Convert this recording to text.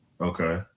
Okay